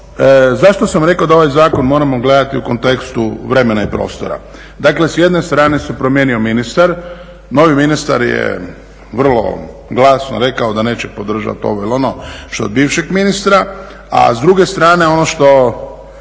zašto sam rekao da ovaj zakon moramo gledati u kontekstu vremena i prostora? Dakle, s jedne strane se promijenio ministar, novi ministar je vrlo glasno rekao da neće podržati ovo ili ono, što od bivšeg ministra, a s druge strane ono što